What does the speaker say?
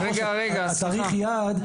צריך יעד,